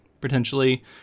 potentially